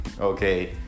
Okay